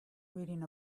reading